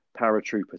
paratrooper